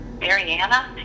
Mariana